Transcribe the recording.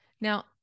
Now